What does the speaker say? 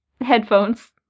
headphones